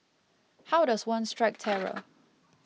how does one strike terror